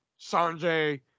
Sanjay